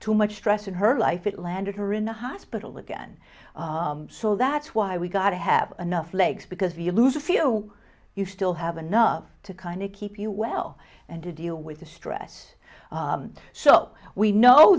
too much stress in her life it landed her in the hospital again so that's why we got to have enough legs because you lose a few you still have enough to kind of keep you well and to deal with the stress so we know